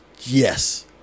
yes